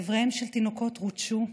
איבריהם של תינוקות רוטשו,